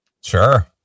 Sure